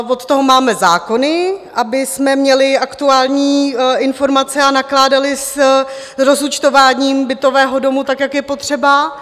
Od toho máme zákony, abychom měli aktuální informace a nakládali s rozúčtováním bytového domu tak, jak je potřeba.